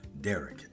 Derek